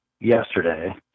yesterday